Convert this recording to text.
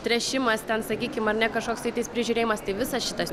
tręšimas ten sakykim ar ne kažkoks tai tas prižiūrėjimas tai visas šitas